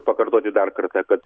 pakartoti dar kartą kad